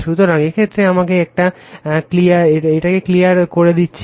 সুতরাং এই ক্ষেত্রে আমাকে এটা ক্লিয়ার করে দিচ্ছি